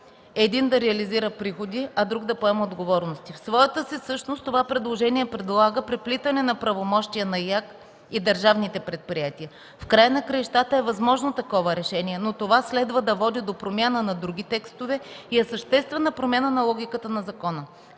един да реализира приходи, а друг да поеме отговорности. В своята си същност това предложение предлага преплитане на правомощия на Изпълнителната агенция по горите и държавните предприятия. В края на краищата е възможно такова решение, но това следва да води до промяна на други текстове и е съществена промяна на логиката на закона.